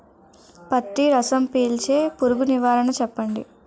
పత్తి రసం పీల్చే పురుగు నివారణ చెప్పండి?